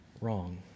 wrong